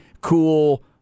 cool